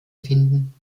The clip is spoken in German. finden